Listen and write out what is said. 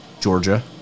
Georgia